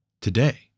today